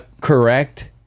correct